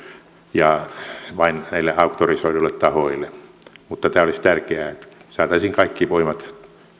ja vain näille auktorisoiduille tahoille mutta tämä olisi tärkeää että saataisiin kaikki voimat